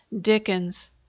Dickens